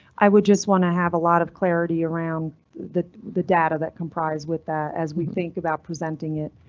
i would just want to have a lot of clarity around the the data that comprise with that as we think about presenting it.